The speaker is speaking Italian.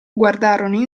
guardarono